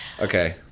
Okay